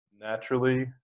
naturally